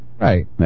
Right